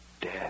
Dead